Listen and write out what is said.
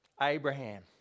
Abraham